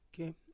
Okay